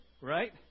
right